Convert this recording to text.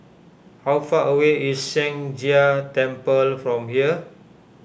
how far away is Sheng Jia Temple from here